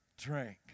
drank